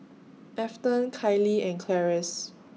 Afton Kailey and Clarice